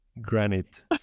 Granite